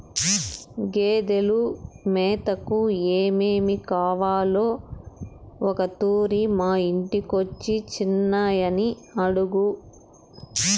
గేదెలు మేతకు ఏమేమి కావాలో ఒకతూరి మా ఇంటికొచ్చి చిన్నయని అడుగు